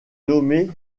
nommé